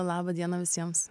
laba diena visiems